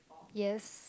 yes